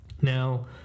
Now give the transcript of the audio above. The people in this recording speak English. Now